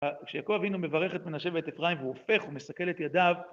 כשיעקב אבינו מברך את מנשה ואת אפרים והופך ומסקל את ידיו